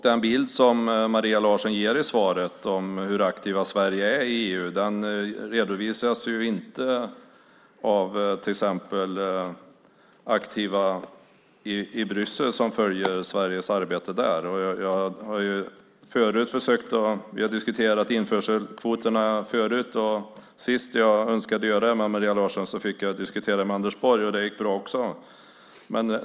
Den bild som Maria Larsson ger i svaret av hur aktivt Sverige är i EU redovisas till exempel inte av dem som i Bryssel aktivt följer Sveriges arbete där. Vi har diskuterat införselkvoterna tidigare. Senast jag ville diskutera dem med Maria Larsson fick jag i stället göra det med Anders Borg, och det gick också bra.